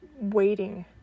waiting